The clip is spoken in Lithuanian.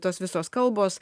tos visos kalbos